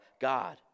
God